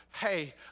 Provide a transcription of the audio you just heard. hey